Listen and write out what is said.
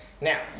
Now